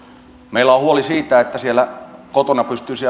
meillä on huoli siitä miten siellä kotona pystyisi